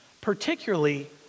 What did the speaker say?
particularly